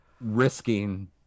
risking